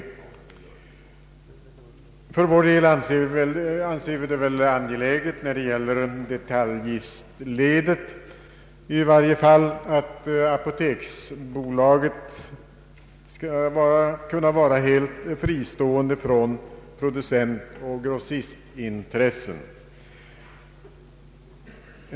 För vår del anser vi det angeläget, i varje fall när det gäller detaljistledet, att apoteksbolaget skall kunna vara helt fristående från producentoch grossistintressen.